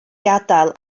gadael